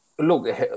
Look